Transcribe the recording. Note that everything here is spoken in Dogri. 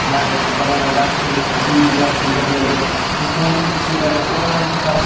नेट बिना पता नेईं लगदा अस कि'यां क्रिकेट खेलदे हे फोन बी किश नेईं करना ओहदे बाद अस साढ़ा